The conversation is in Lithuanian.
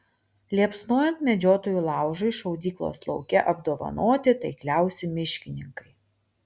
liepsnojant medžiotojų laužui šaudyklos lauke apdovanoti taikliausi miškininkai